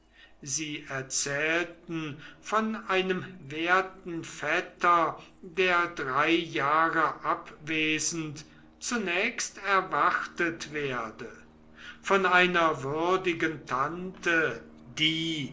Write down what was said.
sie erzählten von einem werten vetter der drei jahre abwesend zunächst erwartet werde von einer würdigen tante die